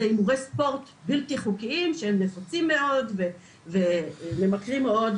זה הימורי ספורט בלתי חוקיים שהם נפוצים מאוד וממכרים מאוד.